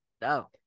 no